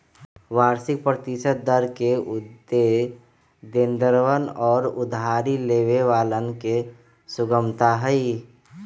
वार्षिक प्रतिशत दर के उद्देश्य देनदरवन और उधारी लेवे वालन के सुगमता हई